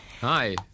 Hi